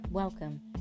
Welcome